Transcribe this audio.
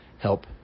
help